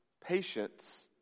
patience